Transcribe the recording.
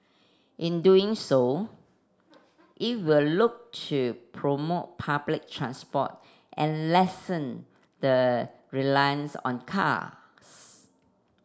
in doing so it will look to promote public transport and lessen the reliance on cars